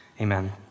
Amen